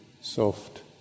soft